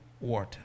water